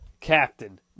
Captain